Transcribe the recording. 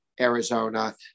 Arizona